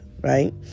right